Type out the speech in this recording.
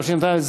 התשע"ז